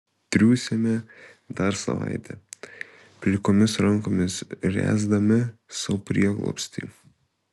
triūsėme dar savaitę plikomis rankomis ręsdami sau prieglobstį